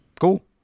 Cool